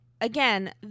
again